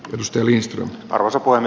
arvostelin harvassa kuin